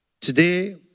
today